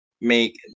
make